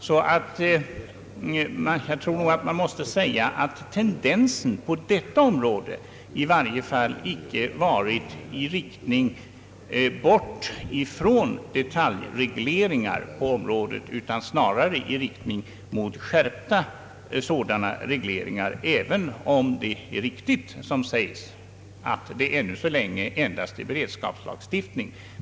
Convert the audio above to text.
Man måste nog säga att tendensen, i varje fall på detta område, inte har gått i riktning bort ifrån detaljregleringar på området utan snarare i riktning mot skärpta sådana regleringar, även om det är riktigt som sägs att det ännu så länge endast är fråga om beredskapslagstiftning.